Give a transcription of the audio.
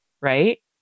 right